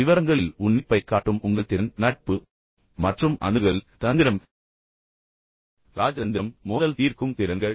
விவரங்களில் உன்னிப்பை காட்டும் உங்கள் திறன் நட்பு மற்றும் அணுகல் தந்திரம் மற்றும் இராஜதந்திரம் மோதல் தீர்க்கும் திறன்கள்